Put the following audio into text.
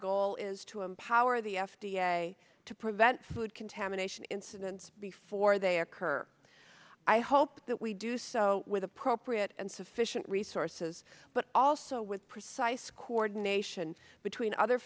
goal is to empower the f d a to prevent food contamination incidents before they occur i hope that we do so with appropriate and sufficient resources but also with precise coordination between other